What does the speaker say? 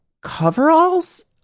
coveralls